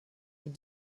mit